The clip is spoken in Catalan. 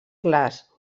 clars